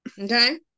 okay